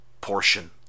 portion